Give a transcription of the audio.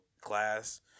class